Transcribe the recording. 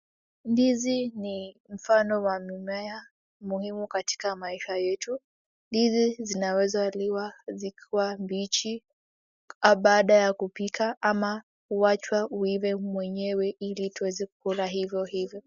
Ndizi ni mfano wa mmea muhimu katika maisha yetu. Ndizi zinaweza liwa zikiwa mbichi baada ya kupika ama uachwa kuiva mwenyewe ili tuweze kukula hivo hivo.